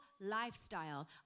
lifestyle